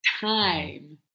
time